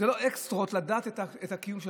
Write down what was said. זה לא אקסטרות לדעת את הקיום שלנו.